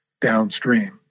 downstream